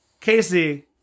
Casey